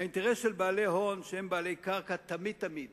האינטרס של בעלי הון, שהם בעלי קרקע, תמיד תמיד